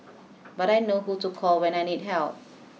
but I know who to call when I need help